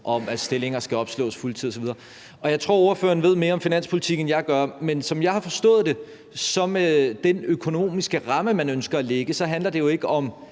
om, at stillinger skal opslås på fuld tid osv. Jeg tror, ordføreren ved mere om finanspolitik, end jeg gør, men som jeg har forstået det, så handler det med den økonomiske ramme, man ønsker at lægge, ikke om